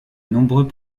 nombreux